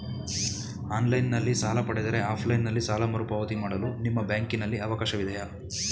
Online ನಲ್ಲಿ ಸಾಲ ಪಡೆದರೆ ಆಫ್ಲೈನ್ ನಲ್ಲಿ ಸಾಲ ಮರುಪಾವತಿ ಮಾಡಲು ನಿಮ್ಮ ಬ್ಯಾಂಕಿನಲ್ಲಿ ಅವಕಾಶವಿದೆಯಾ?